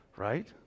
Right